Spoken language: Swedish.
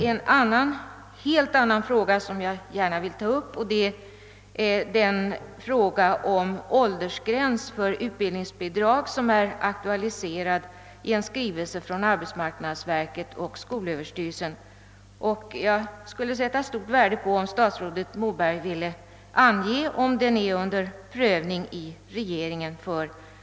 En helt annan fråga som jag gärna vill ta upp gäller åldersgränsen för utbildningsbidrag, vilken har aktualiserats i en skrivelse från arbetsmarknadsverket och skolöverstyrelsen. Jag skulle sätta stort värde på om statsrådet Moberg ville ange, om det är under prövning i regeringen